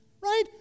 right